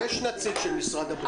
יש נציג של משרד הבריאות,